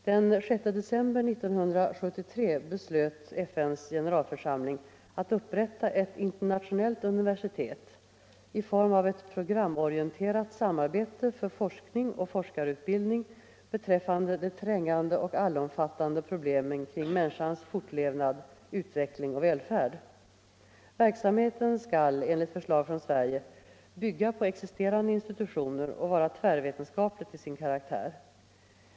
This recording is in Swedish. Den 6 december 1973 beslöt FN:s generalförsamling att upprätta ett internationellt universitet i form av ett programorienterat samarbete för forskning och forskarutbildning beträffande de trängande och allomfattande problemen kring människans fortlevnad, utveckling och välfärd. Verksamheten skall enligt förslag från Sverige bygga på existerande institutioner och vara tvärvetenskaplig till sin karaktär.